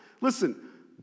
Listen